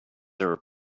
are